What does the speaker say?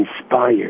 inspired